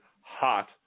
hot